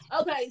Okay